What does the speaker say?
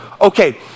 okay